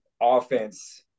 offense